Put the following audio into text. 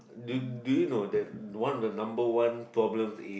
did did you know that one of the number one problem in